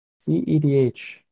CEDH